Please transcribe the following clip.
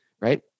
right